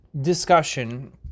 discussion